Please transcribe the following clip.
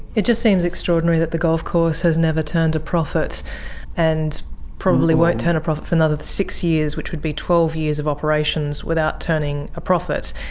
it just seems extraordinary that the golf course has never turned a profit and probably won't turn a profit for another six years, which would be twelve years of operations without turning a profit,